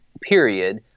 period